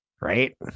right